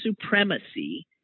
supremacy